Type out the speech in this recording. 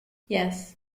yes